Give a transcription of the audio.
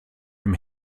dem